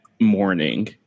morning